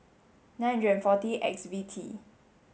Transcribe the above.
nine hundred and forty X V T